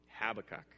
Habakkuk